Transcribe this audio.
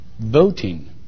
voting